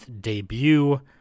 debut